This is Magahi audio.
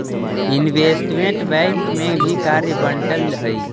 इनवेस्टमेंट बैंक में भी कार्य बंटल हई